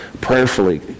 prayerfully